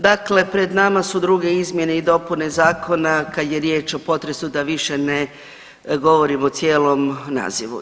Dakle pred nama su 2. izmjene i dopune Zakona kad je riječ o potresu da više ne govorimo cijelom nazivu.